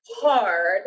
hard